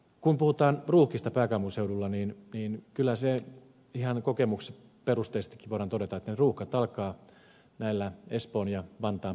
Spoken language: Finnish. kun puhutaan ruuhkista pääkaupunkiseudulla niin kyllä ihan kokemusperusteisestikin voidaan todeta että ne ruuhkat alkavat näillä espoon ja vantaan pohjoisrajoilla